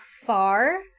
far